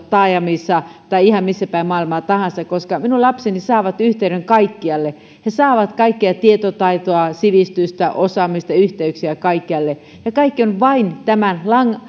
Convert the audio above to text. taajamissa tai ihan missä päin maailmaa tahansa koska minun lapseni saavat yhteyden kaikkialle he saavat kaikkea tietotaitoa sivistystä osaamista yhteyksiä kaikkialle ja kaikki on vain